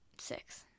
Six